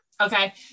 Okay